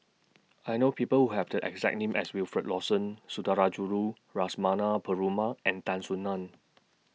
I know People Who Have The exact name as Wilfed Lawson Sundarajulu Lakshmana Perumal and Tan Soo NAN